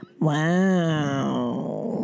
Wow